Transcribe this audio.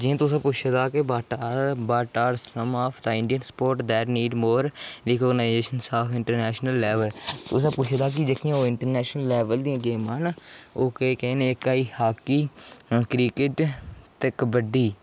जि'यां तुसें पुच्छे दा ऐ कि what what are some Indian sports that need more recognition of international level तुसें पुच्छे दा ऐ कि जेह्की इंटरनैशनल लैवल दियां गेमां न ओह् केह् केह् न इक होई हाॅकी क्रिकेट ते कबड्डी